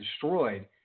destroyed